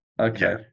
Okay